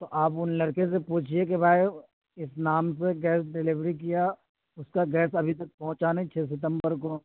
تو آپ ان لڑکے سے پوچھیے کہ بھائی اس نام سے گیس ڈلیوری کیا اس کا گیس ابھی تک پہنچا نہیں چھ ستمبرکو